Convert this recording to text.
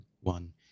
one